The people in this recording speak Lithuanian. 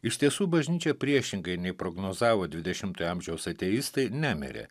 iš tiesų bažnyčia priešingai nei prognozavo dvidešimtojo amžiaus ateistai nemirė